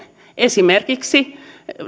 esimerkiksi